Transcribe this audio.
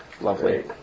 Lovely